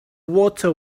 water